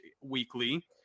weekly